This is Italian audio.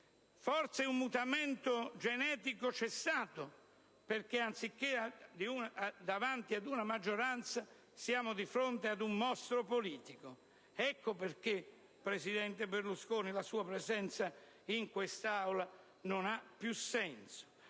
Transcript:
Forse un mutamento genetico c'è stato perché, anziché davanti ad una maggioranza, siamo di fronte ad un mostro politico. Ecco perché, Presidente Berlusconi, la sua presenza in quest'Aula non ha più senso.